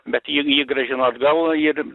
bet jį jį grąžino atgal ir